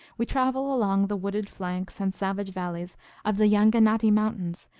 we travel along the wooded flanks and savage valleys of the llanganati mountains,